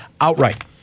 outright